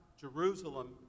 Jerusalem